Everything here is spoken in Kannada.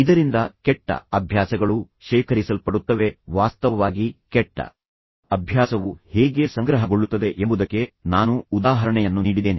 ಇದರಿಂದ ಕೆಟ್ಟ ಅಭ್ಯಾಸಗಳು ಶೇಖರಿಸಲ್ಪಡುತ್ತವೆ ವಾಸ್ತವವಾಗಿ ಕೆಟ್ಟ ಅಭ್ಯಾಸವು ಹೇಗೆ ಸಂಗ್ರಹಗೊಳ್ಳುತ್ತದೆ ಎಂಬುದಕ್ಕೆ ನಾನು ಉದಾಹರಣೆಯನ್ನು ನೀಡಿದ್ದೇನೆ